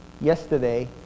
Yesterday